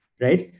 right